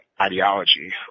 ideology